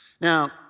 Now